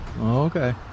Okay